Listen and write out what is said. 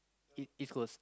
East East-Coast